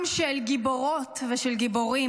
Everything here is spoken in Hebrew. עם של גיבורות ושל גיבורים.